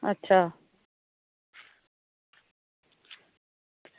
अच्छा